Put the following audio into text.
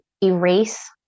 erase